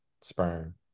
sperm